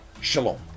Shalom